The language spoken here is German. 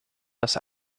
das